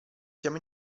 siamo